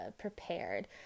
prepared